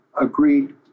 agreed